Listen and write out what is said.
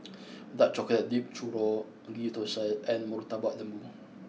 dark chocolate dipped Churro Ghee Thosai and Murtabak Lembu